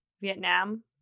Vietnam